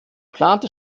geplante